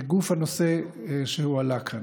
לגוף הנושא שהועלה כאן: